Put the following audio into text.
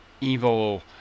evil